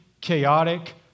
chaotic